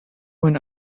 when